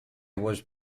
was